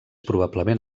probablement